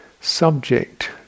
subject